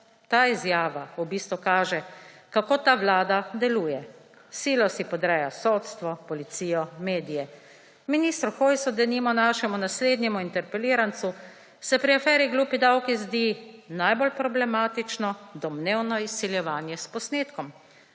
ta izjava v bistvu kaže kako ta vlada deluje. S silo si podrejajo sodstvo, policijo, medije. Ministru Hojsu, denimo našemu naslednjemu interpelirancu, se pri aferi »glupi davki« zdi najbolj problematično domnevno izsiljevanje s posnetkom.